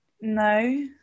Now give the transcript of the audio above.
No